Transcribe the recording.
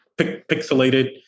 pixelated